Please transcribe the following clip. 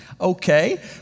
Okay